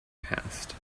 past